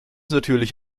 natürlich